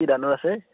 কি ধানৰ আছে